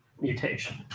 mutation